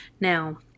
now